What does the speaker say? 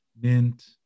mint